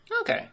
Okay